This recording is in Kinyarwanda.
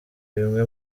bimwe